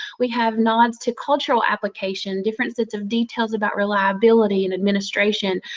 we have nods to cultural application, differences of detail about reliability and administration,